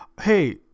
Hey